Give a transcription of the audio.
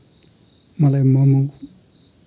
मलाई मोमो